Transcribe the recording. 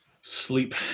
sleep